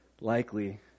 likely